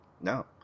No